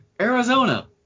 Arizona